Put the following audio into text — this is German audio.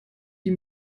die